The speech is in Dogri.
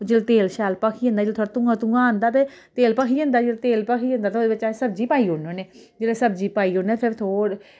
ते जेल्लै तेल शैल भखी जंदा जिल्लै थोह्ड़ा धूआं धूआं आंदा ते तेल भखी जंदा तेल भखी जंदा ते ओह्दे विच अस सब्जी पाई ओड़ने होन्ने जेल्लै सब्जी पाई ओड़ने फिर थोह्ड़ी